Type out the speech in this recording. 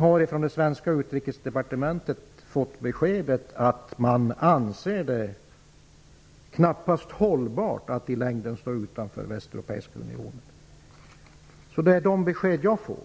att man från det svenska utrikesdepartementet fått beskedet att det knappast kan anses hållbart att i längden stå utanför den västeuropeiska unionen. Det är sådana besked jag får.